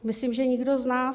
Myslím, že nikdo z nás.